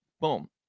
Boom